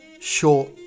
short